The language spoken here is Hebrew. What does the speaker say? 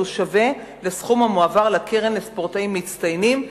שהוא שווה לסכום המועבר לקרן לספורטאים מצטיינים,